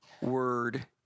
word